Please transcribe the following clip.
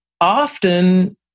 often